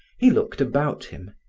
he looked about him.